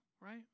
right